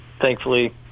thankfully